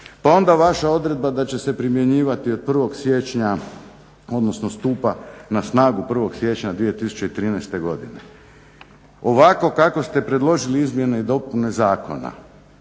pa onda vaša odredba da će se primjenjivati od 1.siječnja odnosno stupa na snagu 1.siječnja 2013.godine. Ovako kako ste predložili izmjene i dopune zakona